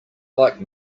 like